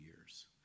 years